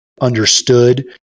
understood